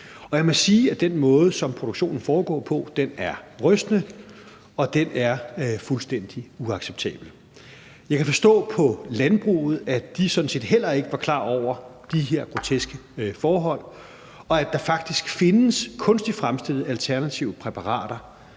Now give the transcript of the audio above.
Og jeg må sige, at den måde, som produktionen foregår på, er rystende og fuldstændig uacceptabel. Jeg kan forstå på landbruget, at de sådan set heller ikke var klar over de her groteske forhold, og at der faktisk findes kunstigt fremstillede alternative præparater.